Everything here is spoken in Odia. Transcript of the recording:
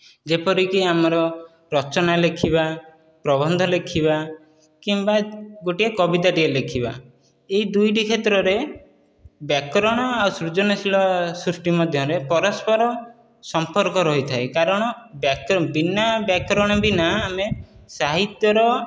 ଯେପରିକି ଆମର ରଚନା ଲେଖିବା ପ୍ରବନ୍ଧ ଲେଖିବା କିମ୍ବା ଗୋଟିଏ କବିତାଟିଏ ଲେଖିବା ଏହି ଦୁଇଟି କ୍ଷେତ୍ରରେ ବ୍ୟାକରଣ ଆଉ ସୃଜନଶୀଳ ସୃଷ୍ଟି ମଧ୍ୟରେ ପରସ୍ପର ସମ୍ପର୍କ ରହିଥାଏ କାରଣ ବିନା ବ୍ୟାକରଣ ବିନା ଆମେ ସାହିତ୍ୟର